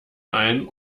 ein